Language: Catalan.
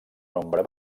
nombre